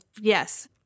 Yes